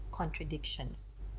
contradictions